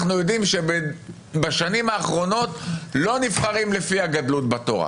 אנחנו יודעים שבשנים האחרונות לא נבחרים לפי הגדלות בתורה.